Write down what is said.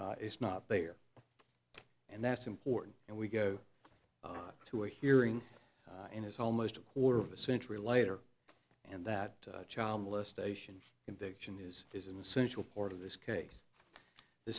it's not there and that's important and we go to a hearing in his almost a quarter of a century later and that child molestation conviction is is an essential part of this case the